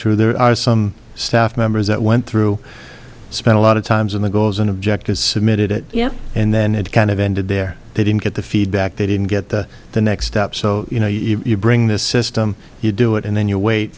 true there are some staff members that went through spent a lot of times in the goals and objectives submitted it yeah and then it kind of ended there they didn't get the feedback they didn't get to the next step so you know you bring this system you do it and then you w